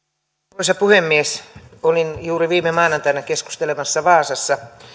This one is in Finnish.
arvoisa puhemies olin juuri viime maanantaina keskustelemassa vaasassa